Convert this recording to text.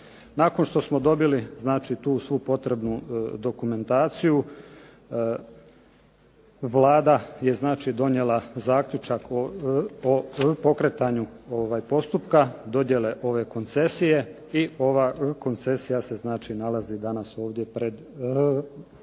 Nakon što smo dobili tu svu potrebnu dokumentaciju Vlada je donijela zaključak o pokretanju postupka dodjele ove koncesije i ova koncesija se nalazi danas ovdje pred vama.